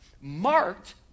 Marked